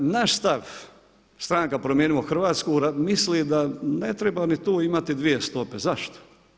Naš stav Stranka Promijenimo Hrvatsku misli da ne treba ni tu imati dvije stope, zašto?